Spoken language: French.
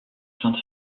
sainte